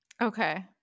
Okay